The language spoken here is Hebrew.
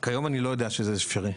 כיום אני לא יודע שזה אפשרי.